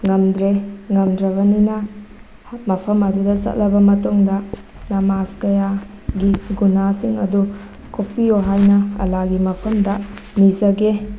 ꯉꯝꯗ꯭ꯔꯦ ꯉꯝꯗ꯭ꯔꯕꯅꯤꯅ ꯃꯐꯝ ꯑꯗꯨꯗ ꯆꯠꯂꯕ ꯃꯇꯨꯡꯗ ꯅꯃꯥꯁ ꯀꯌꯥꯒꯤ ꯒꯨꯅꯥꯁꯤꯡ ꯑꯗꯨ ꯀꯣꯛꯄꯤꯌꯣ ꯍꯥꯏꯅ ꯑꯂꯥꯒꯤ ꯃꯐꯝꯗ ꯅꯤꯖꯒꯦ